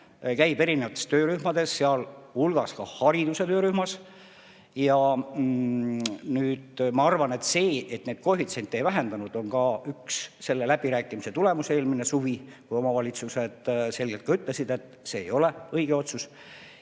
käib erinevates töörühmades, sealhulgas hariduse töörühmas. Ma arvan, et see, et neid koefitsiente ei vähendatud, oli ka üks nende läbirääkimiste tulemusi eelmisel suvel, kui omavalitsused selgelt ütlesid, et see ei ole õige otsus.